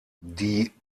die